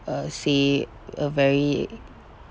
uh say a very